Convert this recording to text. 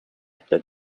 but